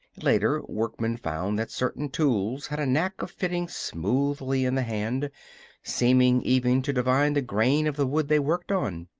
later, workmen found that certain tools had a knack of fitting smoothly in the hand seeming even to divine the grain of the wood they worked on.